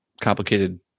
complicated